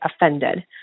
offended